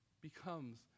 becomes